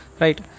right